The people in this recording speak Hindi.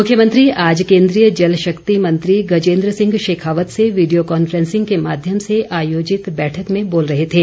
मुख्यमंत्री आज केन्द्रीय जल शक्ति मंत्री गजेन्द्र सिंह शेखावत से वीडियो कॉन्फ्रेंसिंग के माध्यम से आयोजित बैठक में बोल रहे थे